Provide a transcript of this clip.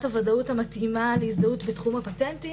הוודאות המתאימה להזדהות בתחום הפטנטים.